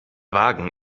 wagen